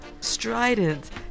strident